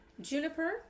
Juniper